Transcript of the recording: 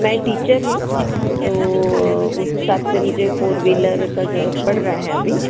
मैं टीचर हूँ तो उस हिसाब से मुझे फ़ोर वीलर की ज़रूरत पड़ रही है अभी